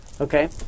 Okay